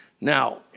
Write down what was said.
now